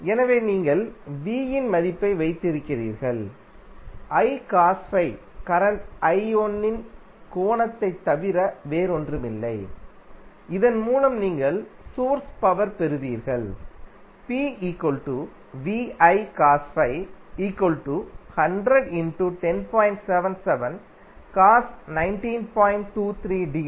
எனவே நீங்கள் V இன் மதிப்பை வைத்திருக்கிறீர்கள் I cos φ கரண்ட் I1 இன் கோணத்தைத் தவிர வேறொன்றுமில்லை இதன் மூலம் நீங்கள் சோர்ஸ் பவர் பெறுவீர்கள் P VI cos φ 10